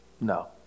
No